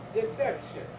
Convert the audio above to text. deception